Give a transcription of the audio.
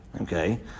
Okay